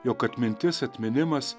jog atmintis atminimas